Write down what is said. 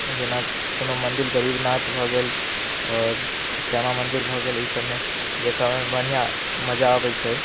जेना कोनो मन्दिर गरीबनाथ भऽ गेल आओर श्यामा मन्दिर भऽ गेल अइ सभमे देखऽमे बढ़िआँ मजा अबै छै